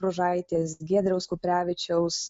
bružaitės giedriaus kuprevičiaus